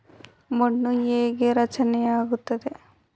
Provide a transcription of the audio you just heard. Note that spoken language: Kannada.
ಮಣ್ಣು ಹೇಗೆ ರಚನೆ ಆಗುತ್ತದೆ?